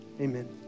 amen